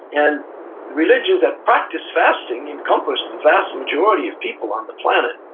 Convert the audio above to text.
and the religions that practice fasting encompass the vast majority of people on the planet.